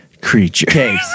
creature